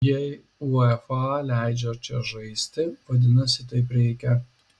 jei uefa leidžia čia žaisti vadinasi taip reikia